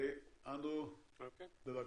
אנדרו, בבקשה.